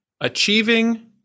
achieving